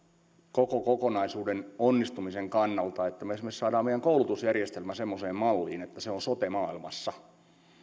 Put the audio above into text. koko kokonaisuuden onnistumisen kannalta että me saamme esimerkiksi meidän koulutusjärjestelmämme semmoiseen malliin että se on sote maailmassa se ei ole